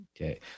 Okay